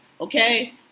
okay